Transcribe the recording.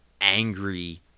angry